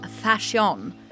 fashion